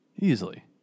Easily